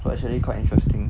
but actually quite interesting